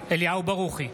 אליהו ברוכי,